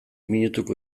minutuko